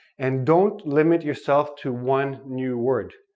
and don't limit yourself to one new word.